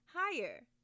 higher